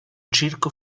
circo